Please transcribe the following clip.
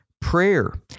Prayer